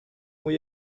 muy